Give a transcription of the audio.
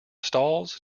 stalls